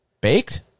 Baked